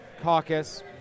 caucus